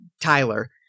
Tyler